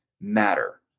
matter